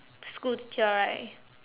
school teacher right